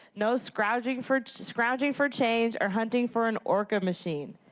no scrounging for scrounging for change or hunting for an orca machine.